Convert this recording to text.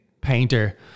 painter